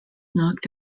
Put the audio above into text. knocked